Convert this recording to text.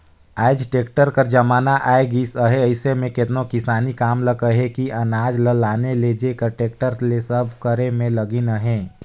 आएज टेक्टर कर जमाना आए गइस अहे अइसे में केतनो किसानी काम ल कहे कि अनाज ल लाने लेइजे कर टेक्टर ले सब करे में लगिन अहें